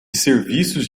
serviços